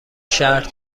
شهر